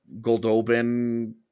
Goldobin